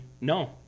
no